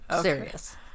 serious